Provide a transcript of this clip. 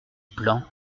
plan